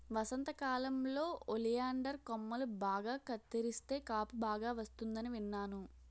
వసంతకాలంలో ఒలియండర్ కొమ్మలు బాగా కత్తిరిస్తే కాపు బాగా వస్తుందని విన్నాను